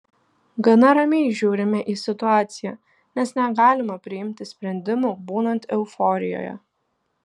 gana ramiai žiūrime į situaciją nes negalima priimti sprendimų būnant euforijoje